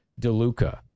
DeLuca